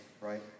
right